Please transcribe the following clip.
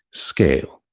scale.